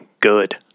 good